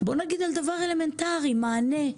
בואו נדבר על דבר אלמנטרי: מענה.